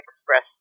express